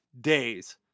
days